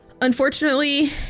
Unfortunately